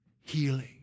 healing